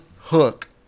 hook